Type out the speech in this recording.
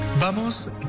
Vamos